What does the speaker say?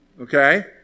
Okay